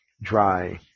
dry